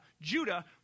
Judah